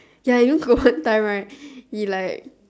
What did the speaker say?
ya you know grow one time right he like